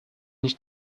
nicht